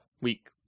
Week